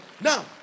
Now